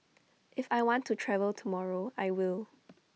if I want to travel tomorrow I will